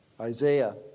Isaiah